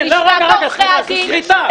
לא, רגע, זו סחיטה.